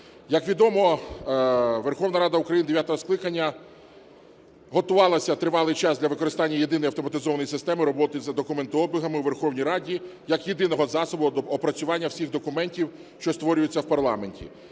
Як відомо, Верховна Рада України дев'ятого скликання готувалася тривалий час для використання єдиної автоматизованої системи документообігу у Верховній Раді як єдиного засобу опрацювання всіх документів, що створюються в парламенті,